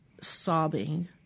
sobbing